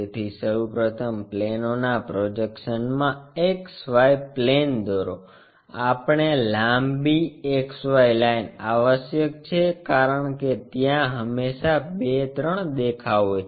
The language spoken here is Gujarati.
તેથી સૌ પ્રથમ પ્લેનોના પ્રોજેક્શન્સમાં XY પ્લેન દોરો આપણને લાંબી XY લાઇન આવશ્યક છે કારણ કે ત્યાં હંમેશા 2 3 દેખાવ હોય છે